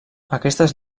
aquestes